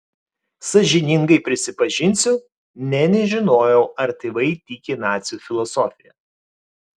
sąžiningai prisipažinsiu nė nežinojau ar tėvai tiki nacių filosofija